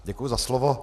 Děkuji za slovo.